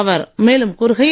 அவர் மேலும் கூறுகையில்